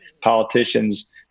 politicians